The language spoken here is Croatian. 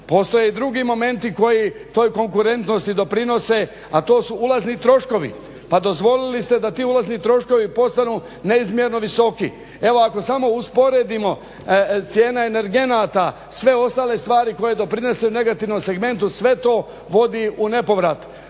Postoje i drugi momenti koji toj konkurentnosti doprinose a to su ulazni troškovi. Pa dozvolili ste da ti ulazni troškovi postanu neizmjerno visoki. Evo ako samo usporedimo cijene energenata, sve ostale stvari koje doprinose negativnom segmentu, sve to vodi u nepovrat.